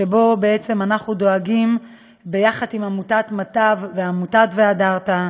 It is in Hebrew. שבו בעצם אנחנו דואגים יחד עם עמותת מטב ועמותת והדרת,